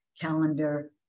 calendar